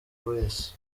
wese